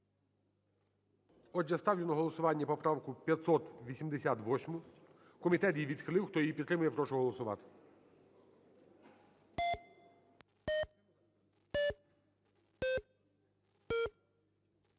Отже, ставлю на голосування поправку 588. Комітет її відхилив. Хто її підтримує, прошу голосувати.